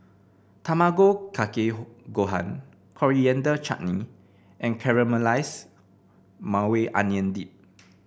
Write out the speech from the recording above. Tamago Kake Gohan Coriander Chutney and Caramelized Maui Onion Dip